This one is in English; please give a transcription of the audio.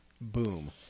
Boom